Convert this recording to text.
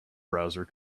browser